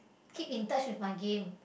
keep in touch with my game